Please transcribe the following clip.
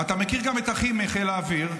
אתה מכיר גם את אחי מחיל האוויר,